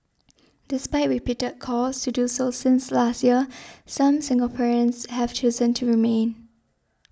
despite repeated calls to do so since last year some Singaporeans have chosen to remain